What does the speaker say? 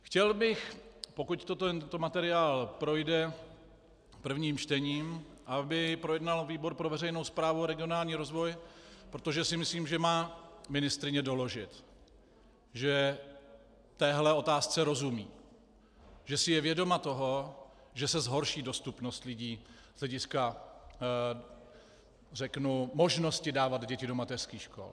Chtěl bych, pokud tento materiál projde prvním čtením, aby ho projednal výbor pro veřejnou správu a regionální rozvoj, protože si myslím, že ministryně má doložit, že téhle otázce rozumí, že si je vědoma toho, že se zhorší dostupnost lidí z hlediska možnosti dávat děti do mateřských škol.